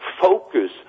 focus